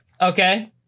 Okay